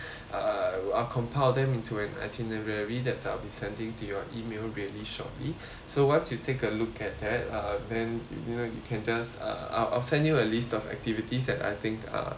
uh uh I'll compile them into an itinerary then I will be sending to your email greatly shortly so once you take a look at that uh then you you know you can just I'll I'll send you a list of activities that I think uh